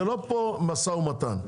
זה לא פה משא ומתן,